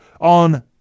On